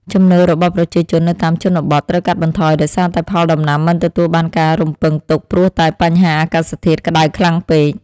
ចំណូលរបស់ប្រជាជននៅតាមជនបទត្រូវកាត់បន្ថយដោយសារតែផលដំណាំមិនទទួលបានតាមការរំពឹងទុកព្រោះតែបញ្ហា អាកាសធាតុក្តៅខ្លាំងពេក។